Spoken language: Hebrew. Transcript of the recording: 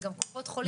זה גם קופות חולים,